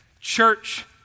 church